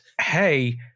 hey